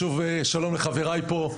שלום לחברי פה.